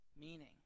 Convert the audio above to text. meaning